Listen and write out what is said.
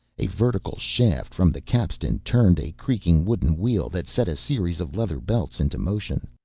a vertical shaft from the capstan turned a creaking wooden wheel that set a series of leather belts into motion.